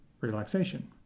relaxation